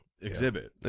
exhibit